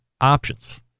options